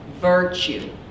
Virtue